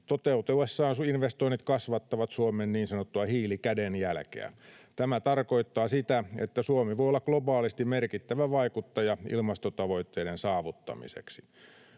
Toteutuessaan investoinnit kasvattavat Suomen niin sanottua hiilikädenjälkeä. Tämä tarkoittaa sitä, että Suomi voi olla globaalisti merkittävä vaikuttaja ilmastotavoitteiden saavuttamiseksi.